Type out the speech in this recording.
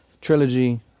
trilogy